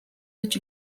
гэж